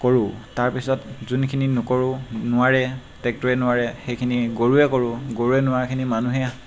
কৰোঁ তাৰ পিছত যোনখিনি নকৰোঁ নোৱাৰে ট্ৰেক্টৰে নোৱাৰে সেইখিনি গৰুৱে কৰোঁ গৰুৱে নোৱাৰাখিনি মানুহে